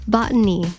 Botany